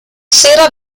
sera